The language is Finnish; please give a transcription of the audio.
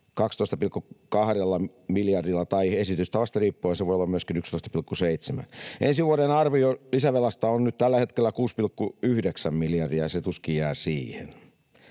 12,2 miljardilla, tai esitystavasta riippuen se voi olla myöskin 11,7. Ensi vuoden arvio lisävelasta on nyt tällä hetkellä 6,9 miljardia, ja se tuskin jää siihen.